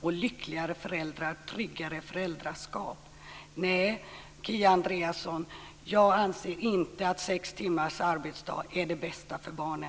varken lyckligare föräldrar eller tryggare föräldraskap. Nej, Kia Andreasson, jag anser inte att sex timmars arbetsdag är det bästa för barnen.